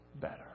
better